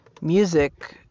music